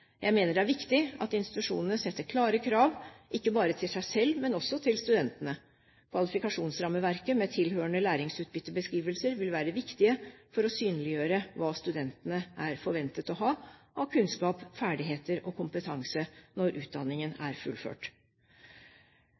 Jeg mener det er viktig at institusjonene setter klare krav, ikke bare til seg selv, men også til studentene. Kvalifikasjonsrammeverket med tilhørende læringsutbyttebeskrivelser vil være viktig for å synliggjøre hva studentene er forventet å ha av kunnskap, ferdigheter og kompetanse når utdanningen er fullført.